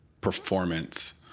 performance